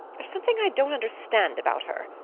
there's something i don't understand about her.